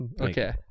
Okay